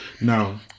now